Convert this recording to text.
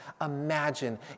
Imagine